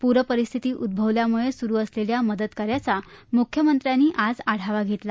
पूरपरिस्थिती उद्ववल्यामुळे सुरु असलेल्या मदतकार्याचा मुख्यमंत्र्यांनी आज आढावा घेतला